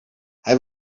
hij